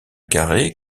carré